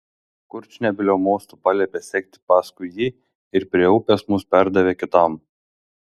kurčnebylio mostu paliepė sekti paskui jį ir prie upės mus perdavė kitam